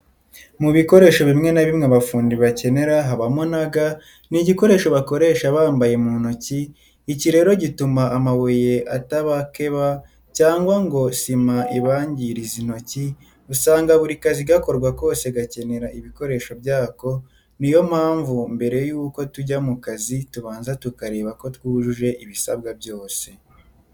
Mu bikoresho bimwe na bimwe abafundi bakenera habamo na ga, ni igikoresho bakoresha bambaye mu ntoki, iki rero gituma amabuye atabakeba cyangwa ngo sima ibangirize intoki, usanga buri kazi gakorwa kose gakenera ibikoresho byako, ni yo mpamvu mbere yuko tujya mu kazi tubanza tukareba ko twujuje ibisabwa byose.